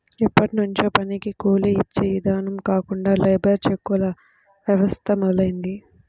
ఎప్పట్నుంచో పనికి కూలీ యిచ్చే ఇదానం కాకుండా లేబర్ చెక్కుల వ్యవస్థ మొదలయ్యింది